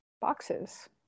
boxes